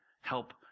help